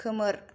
खोमोर